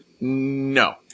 No